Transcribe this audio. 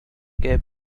keep